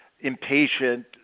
impatient